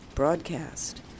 broadcast